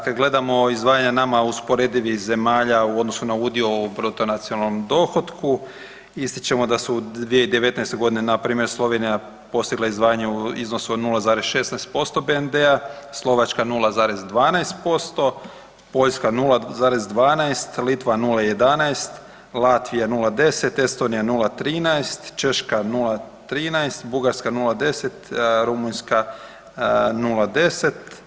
Kad gledamo izdvajanja nama usporedivih zemalja u odnosu na udio u bruto nacionalnom dohotku ističemo da su 2019. godine na primjer Slovenija postigla izdvajanje u iznosu od 0,16% BND-a, Slovačka 0,12%, Poljska 0,12, Litva 0,11, Latvija 0,10, Estonija 0,13, Češka 0,13, Bugarska 0,10, Rumunjska 0,10.